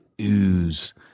ooze